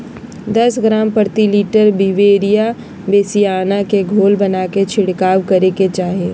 दस ग्राम प्रति लीटर बिवेरिया बेसिआना के घोल बनाके छिड़काव करे के चाही